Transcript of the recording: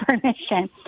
permission